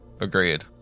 Agreed